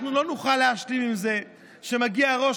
אנחנו לא נוכל להשלים עם זה שמגיע ראש